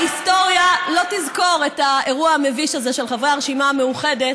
ההיסטוריה לא תזכור את האירוע המביש הזה של חברי הרשימה המשותפת,